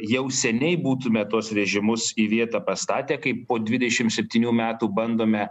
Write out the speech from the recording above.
jau seniai būtume tuos režimus į vietą pastatę kaip po dvidešim septynių metų bandome